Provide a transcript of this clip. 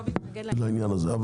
לא,